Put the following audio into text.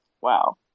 wow